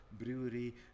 brewery